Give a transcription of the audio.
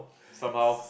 somehow